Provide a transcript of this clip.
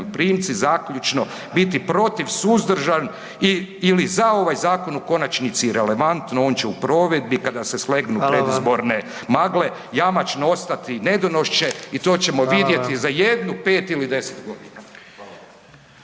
najmoprimci. Zaključno biti protiv, suzdržan i/ili za ovaj zakon u konačnici je irelevantno, on će u provedbi kada se slegnu predizborne …/Upadica: Hvala vam./… magle jamačno ostati nedonošče i to ćemo vidjeti za 1, 5 ili 10 godina.